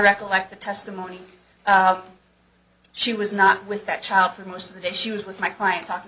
recollect the testimony she was not with that child for most of the day she was with my client talking